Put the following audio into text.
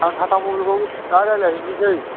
आं थाथा मबेलखौ दा रायलायहैनोसै